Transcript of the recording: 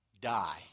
die